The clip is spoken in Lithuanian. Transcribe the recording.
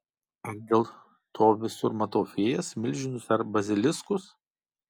ar dėl to visur matau fėjas milžinus ar baziliskus